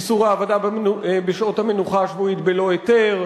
איסור העבדה בשעות המנוחה השבועית בלא היתר,